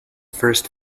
first